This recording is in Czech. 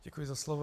Děkuji za slovo.